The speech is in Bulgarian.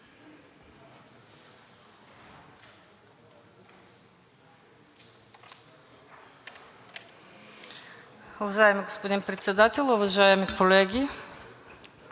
Уважаеми господин Председател, уважаеми колеги!